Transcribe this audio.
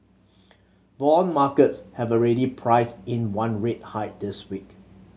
bond markets have already priced in one rate hike this week